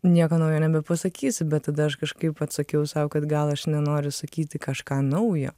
nieko naujo nebepasakysi bet tada aš kažkaip atsakiau sau kad gal aš nenoriu sakyti kažką naujo